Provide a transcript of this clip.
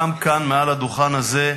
גם כאן מעל הדוכן הזה,